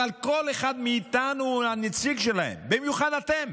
אבל כל אחד מאיתנו הנציג שלהם, במיוחד אתם.